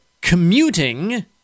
commuting